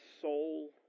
soul